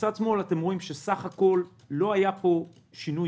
אתם רואים שסך הכול לא היה פה שינוי